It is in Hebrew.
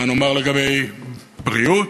מה נאמר לגבי בריאות?